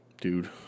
dude